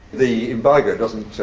the embargo doesn't so